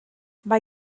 mae